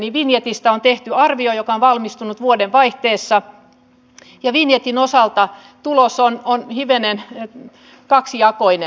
vinjetistä on tehty arvio joka on valmistunut vuodenvaihteessa ja vinjetin osalta tulos on hivenen kaksijakoinen